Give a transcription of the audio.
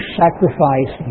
sacrifice